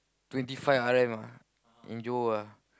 twenty five R_M ah in Johor ah